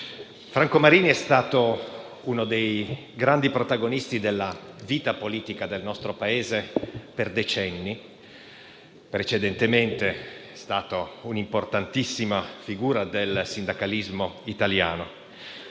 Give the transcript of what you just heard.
Franco Marini è stato uno dei grandi protagonisti della vita politica del nostro Paese per decenni e, prima ancora, un'importantissima figura del sindacalismo italiano.